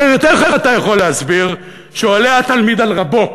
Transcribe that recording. אחרת איך אתה יכול להסביר שעולה התלמיד על רבו,